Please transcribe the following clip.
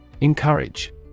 Encourage